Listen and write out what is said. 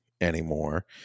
anymore